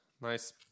nice